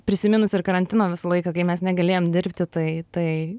prisiminus ir karantino visą laiką kai mes negalėjom dirbti tai tai